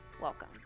welcome